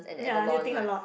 ya need to think a lot